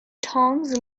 tongs